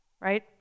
Right